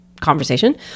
Conversation